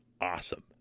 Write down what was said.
awesome